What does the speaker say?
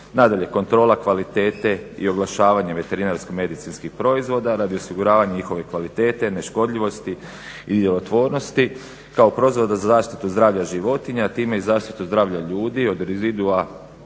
Nadalje kontrola kvalitete i oglašavanje veterinarsko-medicinskih proizvoda radi osiguravanja njihove kvalitete, neškodljivosti i djelotvornosti kao proizvoda za zaštitu zdravlja životinja, a time i zaštitu zdravlja ljudi od